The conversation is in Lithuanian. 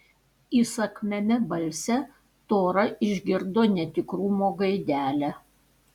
įsakmiame balse tora išgirdo netikrumo gaidelę